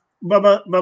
Baba